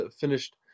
finished